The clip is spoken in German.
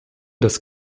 das